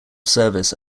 service